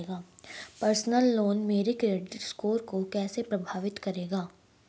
Personal loan मेरे credit score को कैसे प्रभावित करेगा?